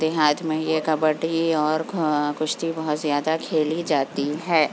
دیہات میں یہ کبڈی اور کھو کشتی بہت زیادہ کھیلی جاتی ہے